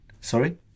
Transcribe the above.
Sorry